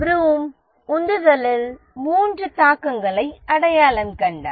vroom உந்துதலில் மூன்று தாக்கங்களை அடையாளம் கண்டார்